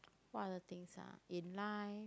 what other things ah in life